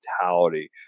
mentality